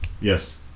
Yes